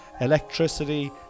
electricity